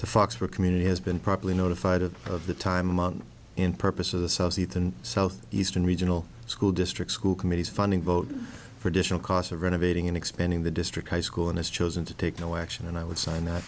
the fox for community has been properly notified of the timeout in purpose of the south and south eastern regional school district school committees funding vote for additional costs of renovating and expanding the district high school and has chosen to take no action and i w